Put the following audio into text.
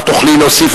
ואחר כך תוכלי להוסיף,